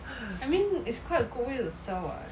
I mean it's quite a good way to sell [what]